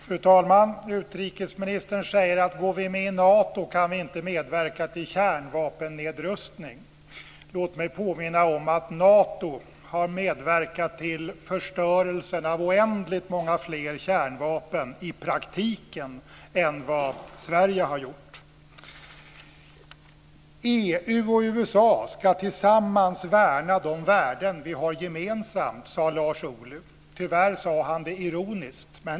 Fru talman! Utrikesministern säger att om vi går med i Nato kan vi inte medverka till kärnvapennedrustning. Låt mig påminna om att Nato i praktiken har medverkat till förstörelsen av oändligt många fler kärnvapen än vad Sverige har gjort. EU och USA ska tillsammans värna de värden vi har gemensamt, sade Lars Ohly. Tyvärr sade han det ironiskt.